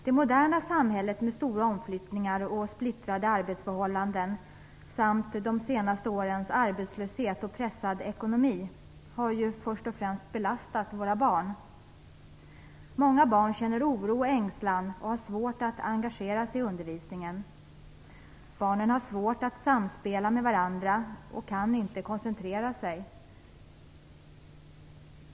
Det moderna samhället med stora omflyttningar och splittrade arbetsförhållanden samt de senaste årens arbetslöshet och pressade ekonomi har först och främst belastat våra barn. Många barn känner oro och ängslan och har svårt att engagera sig i undervisningen. Barnen har svårt att samspela med varandra och kan inte koncentrera sig.